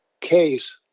case